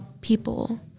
people